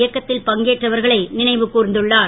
இயக்கத்தில் பங்கேற்றவர்களை நினைவு கூர்ந்துள்ளார்